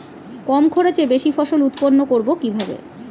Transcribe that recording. কম খরচে বেশি ফসল উৎপন্ন করব কিভাবে?